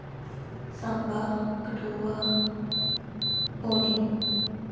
Samba Kathua Pauni